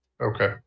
Okay